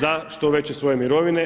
za što veće svoje mirovine.